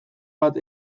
bat